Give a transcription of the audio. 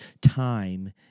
time